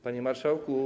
Panie Marszałku!